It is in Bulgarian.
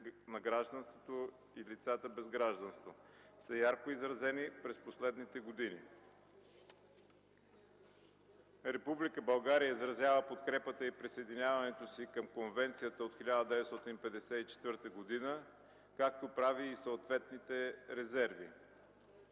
на гражданството и на лицата без гражданство са ярко изразени през последните години. Република България изразява подкрепата и присъединяването си към Конвенцията от 1954 г., като прави съответните резерви.